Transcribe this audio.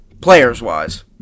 players-wise